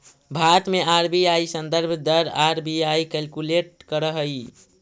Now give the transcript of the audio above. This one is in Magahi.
भारत में आर.बी.आई संदर्भ दर आर.बी.आई कैलकुलेट करऽ हइ